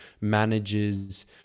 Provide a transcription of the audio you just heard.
manages